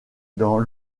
dans